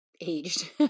aged